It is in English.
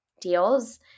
deals